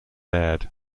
aired